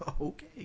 okay